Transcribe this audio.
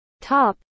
top